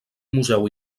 museu